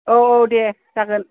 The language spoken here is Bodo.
औ दे जागोन